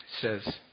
says